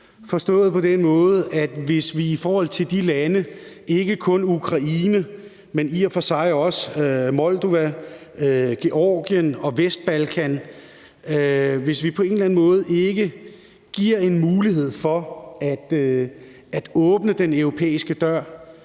forstået på den måde, at hvis vi i forhold til de lande – ikke kun Ukraine, men i og for sig også Moldova, Georgien og Vestbalkanlandene – på en eller anden måde ikke giver en mulighed for at åbne den europæiske dør,